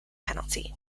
penalty